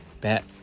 bat